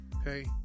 Okay